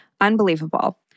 Unbelievable